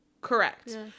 Correct